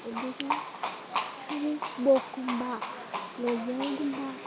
ꯑꯗꯨꯒ ꯕꯣꯕ ꯀꯨꯝꯕ ꯂꯦꯕꯦꯜꯒꯨꯝꯕ